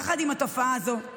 יחד עם התופעה הזאת,